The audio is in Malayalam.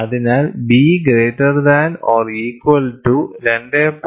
അതിനാൽ B greater than or equal to 2